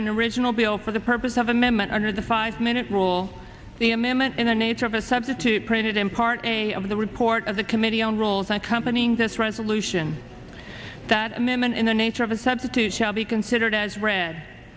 an original bill for the purpose of amendment under the five minute rule the amendment in the nature of a substitute printed in part a of the report of the committee on rules and company in this resolution that amendment in the nature of a substitute shall be considered as read